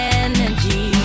energy